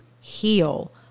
heal